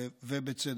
ובצדק.